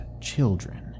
children